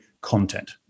content